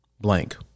blank